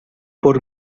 por